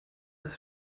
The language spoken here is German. als